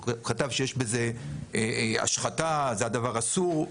הוא כתב שיש בזה השחתה וזה דבר אסור.